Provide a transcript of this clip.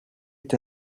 est